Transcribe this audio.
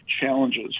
challenges